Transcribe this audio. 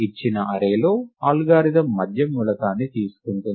ఇచ్చిన అర్రే లో అల్గోరిథం మధ్య మూలకాన్ని తీసుకుంటుంది